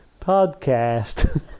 Podcast